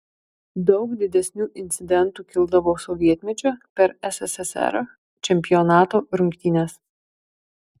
daug didesnių incidentų kildavo sovietmečiu per sssr čempionato rungtynes